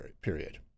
period